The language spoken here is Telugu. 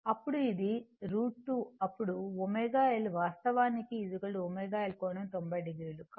అప్పుడు ఇది √ 2 అప్పుడు ω L ఇది వాస్తవానికి ω L కోణం 90 o